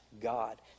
God